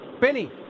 Benny